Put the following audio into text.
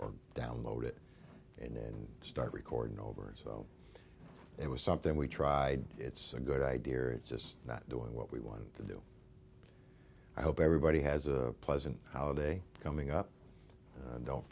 or download it and start recording over and so it was something we tried it's a good idea or it's just not doing what we want to do i hope everybody has a pleasant how day coming up don't